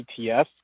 ETF